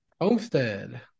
homestead